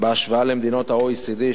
בהשוואה למדינות ה-OECD,